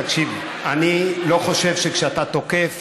תקשיב, אני לא חושב שכשאתה תוקף